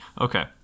Okay